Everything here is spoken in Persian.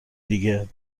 دیگه